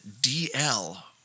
D-L